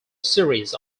series